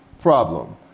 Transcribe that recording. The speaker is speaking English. problem